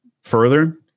further